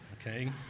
okay